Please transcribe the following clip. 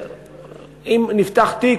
ואם נפתח תיק,